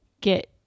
get